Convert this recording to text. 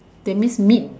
that means meet